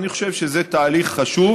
אני חושב שזה תהליך חשוב,